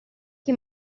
che